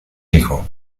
hijo